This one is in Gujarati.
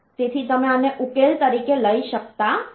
તેથી તમે આને ઉકેલ તરીકે લઈ શકતા નથી